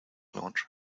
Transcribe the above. launch